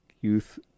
Youth